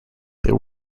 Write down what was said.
there